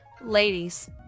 Ladies